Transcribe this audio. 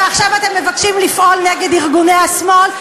ועכשיו אתם מבקשים לפעול נגד ארגוני השמאל?